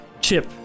Chip